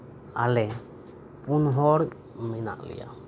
ᱟᱞᱮ ᱯᱩᱱ ᱦᱚᱲ ᱢᱮᱱᱟᱜ ᱞᱮᱭᱟ